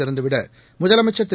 திறந்துவிடமுதலமைச்சர் திரு